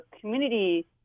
community